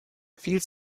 viel